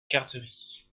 garderie